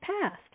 past